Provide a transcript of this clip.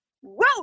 whoa